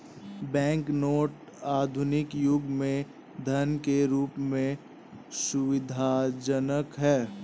bank note आधुनिक युग में धन के रूप में सुविधाजनक हैं